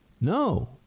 No